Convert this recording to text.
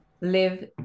live